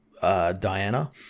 Diana